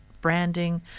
branding